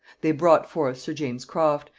they brought forth sir james croft,